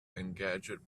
engadget